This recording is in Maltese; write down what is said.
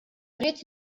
ridt